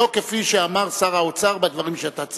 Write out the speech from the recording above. שלא כפי שאמר שר האוצר בדברים שאתה ציטטת.